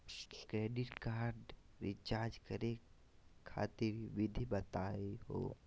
Credit card क recharge करै खातिर विधि बताहु हो?